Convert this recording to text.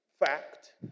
fact